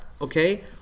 Okay